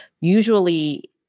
usually